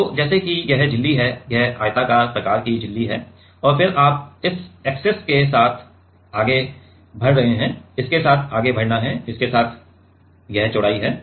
तो जैसे कि यह झिल्ली है यह आयताकार प्रकार की झिल्ली है और फिर आप इस एक्सिस के साथ आगे बढ़ रहे है इसके साथ आगे बढ़ना है इसके साथ चौड़ाई है